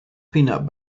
peanut